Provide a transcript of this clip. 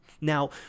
Now